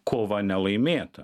kova nelaimėta